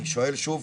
אני שואל שוב,